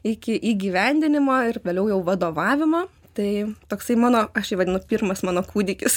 iki įgyvendinimo ir vėliau jau vadovavimo tai toksai mano aš vadinu pirmas mano kūdikis